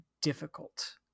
difficult